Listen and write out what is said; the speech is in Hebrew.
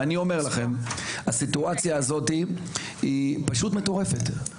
ואני אומר לכם הסיטואציה הזאת היא פשוט מטורפת,